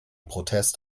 protest